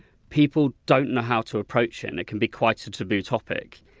people don't know how to approach it and it can be quite a taboo topic.